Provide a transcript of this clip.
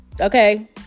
Okay